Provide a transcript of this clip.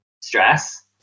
stress